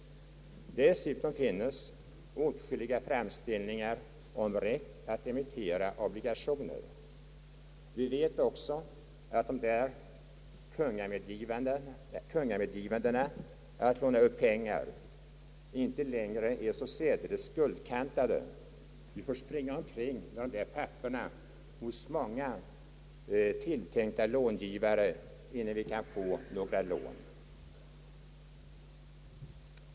Dessutom finnes många framställningar om rätt att emittera obligationer. Vi vet också att dessa kungamedgivanden om att få låna upp pengar inte längre är så särdeles guldkantade. Man får springa omkring med dessa papper hos många tilltänkta långivare innan man kan få några lån.